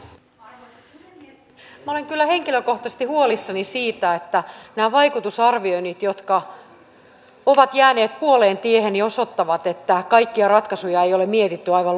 minä olen kyllä henkilökohtaisesti huolissani siitä että nämä vaikutusarvioinnit jotka ovat jääneet puoleentiehen osoittavat että kaikkia ratkaisuja ei ole mietitty aivan loppuun asti